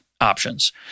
options